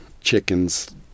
chicken's